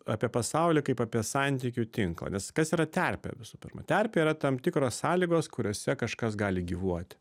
apie pasaulį kaip apie santykių tinklą nes kas yra terpė visų pirma terpė yra tam tikros sąlygos kuriose kažkas gali gyvuoti